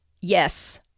Yes